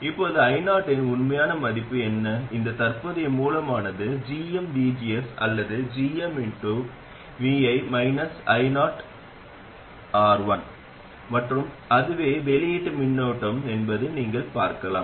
இப்போது io இன் உண்மையான மதிப்பு என்ன இந்த தற்போதைய மூலமானது gmvgs அல்லது gmvi-ioR1 மற்றும் அதுவே வெளியீட்டு மின்னோட்டம் என்பதை நீங்கள் பார்க்கலாம்